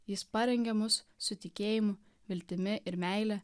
jis parengia mus su tikėjimu viltimi ir meile